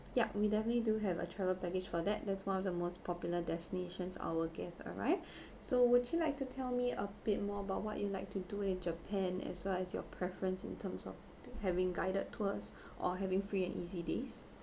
yup we definitely do have a travel package for that that's one of the most popular destinations our guests alright so would you like to tell me a bit more about what you like to do in japan as well as your preference in terms of having guided tours or having free and easy days